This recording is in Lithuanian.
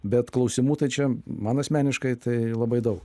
bet klausimų tai čia man asmeniškai tai labai daug